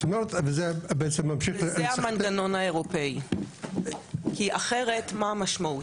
זה המנגנון האירופי, כי אחרת מה המשמעות?